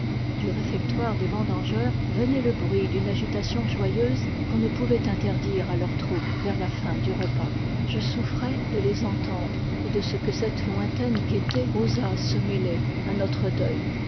du réfectoire des vendangeurs venait le bruit d'une agitation joyeuse qu'on ne pouvait interdire à leur troupe vers la fin du repas je souffrais de les entendre et de ce que cette lointaine gaîté osât se mêler à notre deuil